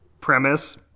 premise